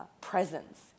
presence